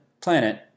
planet